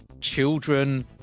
children